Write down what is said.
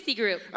group